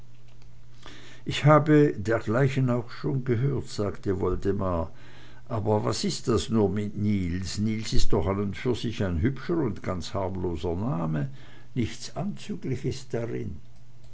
ich habe dergleichen auch schon gehört sagte woldemar aber was ist das nur mit niels niels ist doch an und für sich ein hübscher und ganz harmloser name nichts anzügliches drin